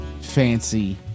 fancy